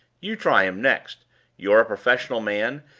you try him next you're a professional man,